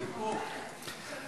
אני פה.